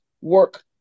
work